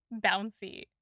bouncy